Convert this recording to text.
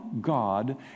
God